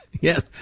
Yes